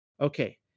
Okay